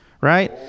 right